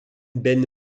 benne